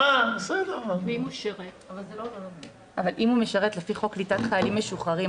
אבל אם הוא משרת לפי חוק קליטת חיילים משוחררים,